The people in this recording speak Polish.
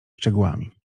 szczegółami